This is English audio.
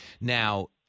Now –